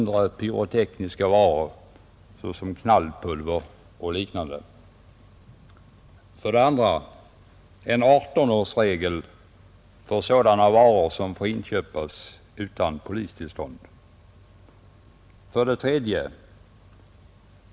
En 18-årsregel för sådana varor som får inköpas utan polistillstånd. 3.